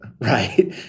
right